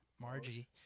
Margie